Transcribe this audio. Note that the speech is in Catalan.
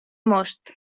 most